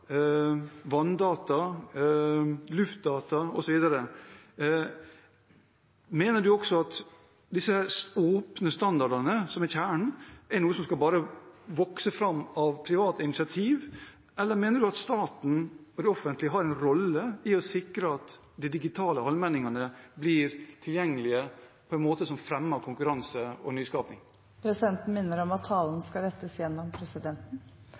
vanndata, luftdata osv. Mener du at disse åpne standardene, som er kjernen, er noe som bare skal vokse fram av private initiativ, eller mener du at staten og det offentlige har en rolle i å sikre at de digitale allmenningene blir tilgjengelig på en måte som fremmer konkurranse og nyskaping? Presidenten minner om at all tale skal gå via presidenten.